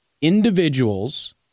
individuals